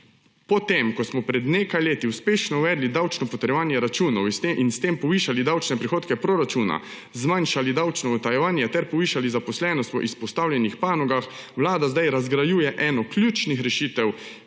Potem ko smo pred nekaj leti uspešno uvedli davčno potrjevanje računov in s tem povišali davčne prihodke proračuna, zmanjšali davčno utajevanje ter povišali zaposlenost v izpostavljenih panogah, Vlada zdaj razgrajuje eno ključnih rešitev,